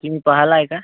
तुम्ही पाहिला आहे का